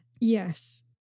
Yes